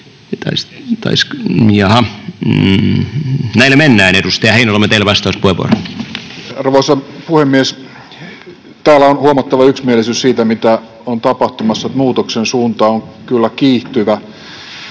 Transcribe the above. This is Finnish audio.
näillä mennään. Edustaja Heinäluoma, teillä vastauspuheenvuoro. Arvoisa puhemies! Täällä on huomattava yksimielisyys siitä, mitä on tapahtumassa: muutoksen suunta on kyllä kiihtyvä.